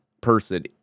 person